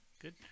Good